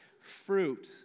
fruit